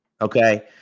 Okay